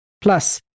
plus